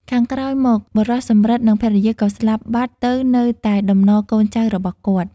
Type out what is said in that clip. ខាងក្រោយមក បុរសសំរិទ្ធ និង ភរិយា ក៏ស្លាប់បាត់ទៅនៅតែតំណកូនចៅរបស់គាត់ ។